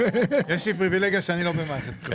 יש לי פריבילגיה שאני לא במערכת בחירות.